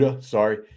sorry